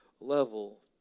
level